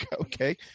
okay